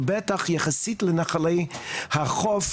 אבל בטח יחסית לנחלי החוף,